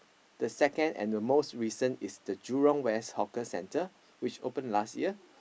the second and the most recent is the Jurong-West hawker center which open last year